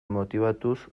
motibatuz